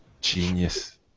genius